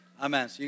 Amen